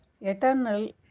Eternal